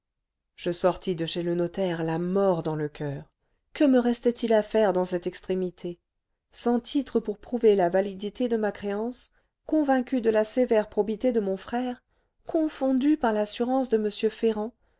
je sortis de chez le notaire la mort dans le coeur que me restait-il à faire dans cette extrémité sans titre pour prouver la validité de ma créance convaincue de la sévère probité de mon frère